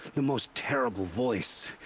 the most terrible voice.